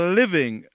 living